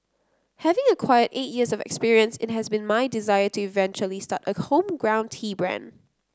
having acquired eight years of experience it has been my desire to eventually start a homegrown tea brand